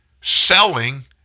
selling